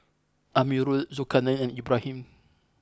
Amirul Zulkarnain and Ibrahim